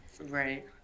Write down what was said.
right